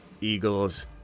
Eagles